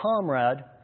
comrade